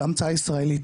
זה המצאה ישראלית,